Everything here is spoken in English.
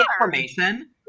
information